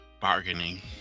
bargaining